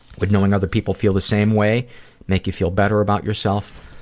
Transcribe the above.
would knowing other people feel the same way make you feel better about yourself?